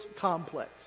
Complex